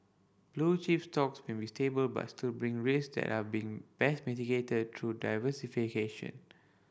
blue chip stocks may be stable but still bring risk that are been best mitigated through diversification